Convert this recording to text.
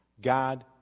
God